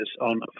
on